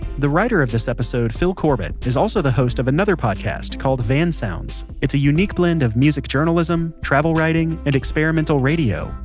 the writer of this episode, fil corbitt, is also the host of another podcast called van sounds, it's a unique blend of music journalism, travel writing, and experimental radio.